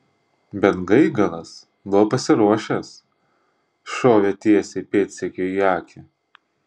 bet gaigalas buvo pasiruošęs šovė tiesiai pėdsekiui į akį